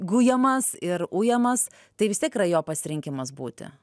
gujamas ir ujamas tai vis tiek yra jo pasirinkimas būti